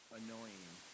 annoying